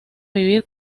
vivir